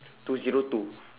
two zero two